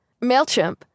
MailChimp